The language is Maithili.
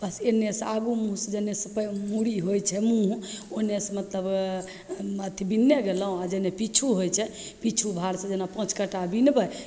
बस एन्नेसे आगूमे जन्नेसे मूड़ी होइ छै मुँह ओन्नेसे मतलब हम अथी बिनने गेलहुँ आओर जन्नेमे पिछु होइ छै पिछु भागके जेना पाँच काँटा बिनबै